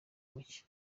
muke